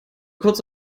kurz